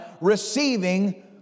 receiving